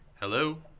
hello